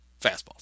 fastballs